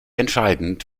entscheidend